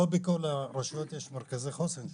לא בכל הרשויות יש מרכזי החוסן,